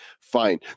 fine